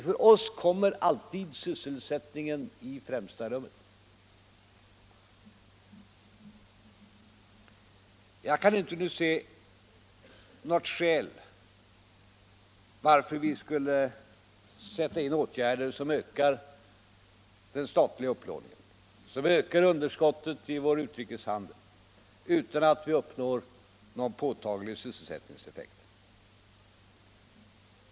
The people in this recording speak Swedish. För oss kommer alltid sysselsättningen i främsta rummet. Jag kan inte nu se något skäl varför vi skulle sätta in åtgärder som ökar den statliga upplåningen, som ökar underskottet i vår utrikeshandel, utan att vi uppnår någon påtaglig sysselsättningseffekt.